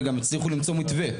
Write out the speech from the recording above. וגם הצליחו למצוא מתווה.